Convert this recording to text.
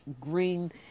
green